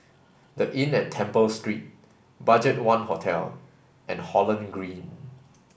the Inn at Temple Street BudgetOne Hotel and Holland Green